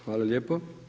Hvala lijepo.